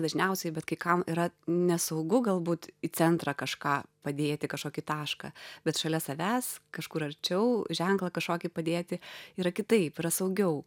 dažniausiai bet kai kam yra nesaugu galbūt į centrą kažką padėti kažkokį tašką bet šalia savęs kažkur arčiau ženklą kažkokį padėti yra kitaip yra saugiau